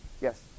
Yes